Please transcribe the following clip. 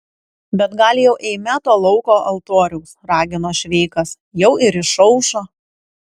bet gal jau eime to lauko altoriaus ragino šveikas jau ir išaušo